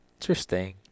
Interesting